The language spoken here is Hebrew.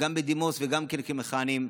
גם בדימוס וגם מכהנים.